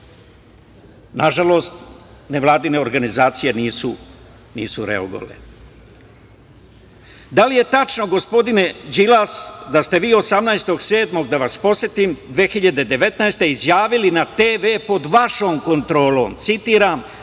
Nažalost, nevladine organizacije nisu reagovale. Da li je tačno, gospodine Đilas, da ste vi 18.7.2019. godine izjavili na TV pod vašom kontrolom: „Srbija